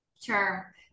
Sure